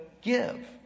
give